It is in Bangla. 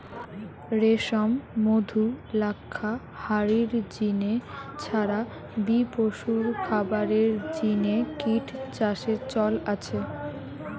রেশম, মধু, লাক্ষা হারির জিনে ছাড়া বি পশুর খাবারের জিনে কিট চাষের চল আছে